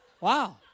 Wow